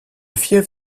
fief